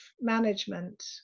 management